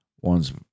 ones